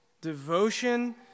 Devotion